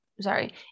sorry